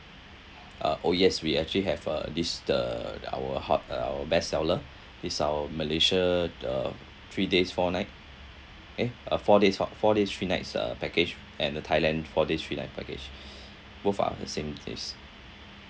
uh oh yes we actually have uh this the our hot uh our best seller is our malaysia the three days four night eh uh four days fo~ four days three nights uh package and the thailand four days three night package both are the same days